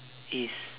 is